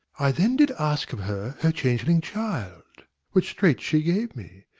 i then did ask of her her changeling child which straight she gave me,